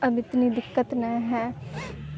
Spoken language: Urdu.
اب اتنی دقت نہیں ہے